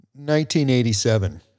1987